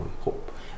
hope